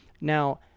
Now